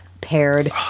paired